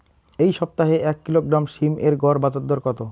এই সপ্তাহে এক কিলোগ্রাম সীম এর গড় বাজার দর কত?